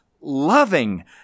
loving